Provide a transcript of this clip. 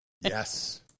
yes